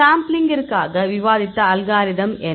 சாம்பிளிங்க்கிற்காக விவாதித்த அல்காரிதம் என்ன